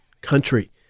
Country